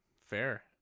Fair